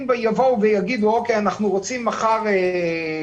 אם יבואו ויגידו מחר אוקיי,